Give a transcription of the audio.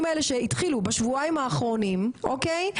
האלה שהתחילו בשבועיים האחרונים אוקי?